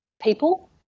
people